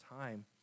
time